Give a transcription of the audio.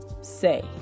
say